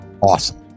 awesome